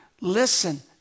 listen